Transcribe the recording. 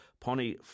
Pony